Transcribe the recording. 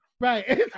Right